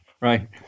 Right